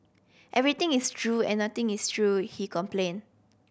everything is true and nothing is true he complained